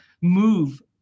move